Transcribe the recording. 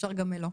אפשר גם לא.